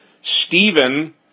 Stephen